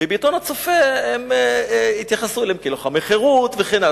ובעיתון "הצופה" התייחסו אליהם כלוחמי חירות וכן הלאה.